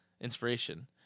inspiration